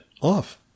off